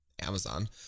amazon